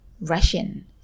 Russian